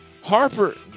Harper –